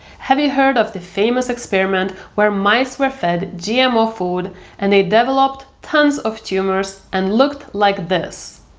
have you heard of the famous experiment where mice were fed gmo food and they developed tons of tumours and looked like this?